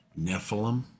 Nephilim